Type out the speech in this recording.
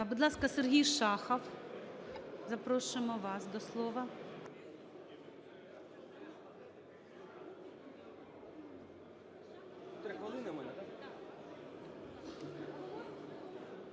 Будь ласка, Сергій Шахов. Запрошуємо вас до слова.